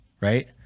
right